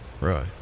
right